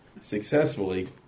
successfully